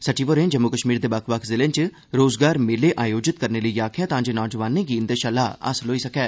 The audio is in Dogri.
सचिव होरें जम्मू कश्मीर दे बक्ख बक्ख जिलें च रोजगार मेले आयोजित करने लेई आखेआ तांजे नौजवानें गी इंदे शा लाह् हासल होई सकै